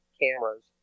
cameras